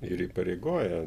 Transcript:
ir įpareigoja